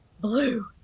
Blue